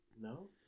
No